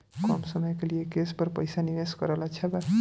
कम समय के लिए केस पर पईसा निवेश करल अच्छा बा?